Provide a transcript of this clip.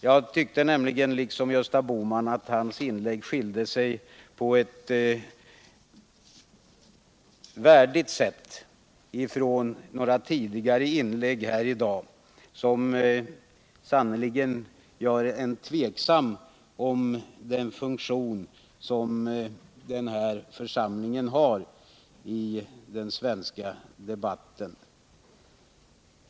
Jag tyckte nämligen liksom Gösta Bohman att hans inlägg på ett värdigt sätt skilde sig från några tidigare inlägg här i dag, vilka verkligen gjorde att man började tvivla på den funktion som den här församlingen har i den svenska debatten.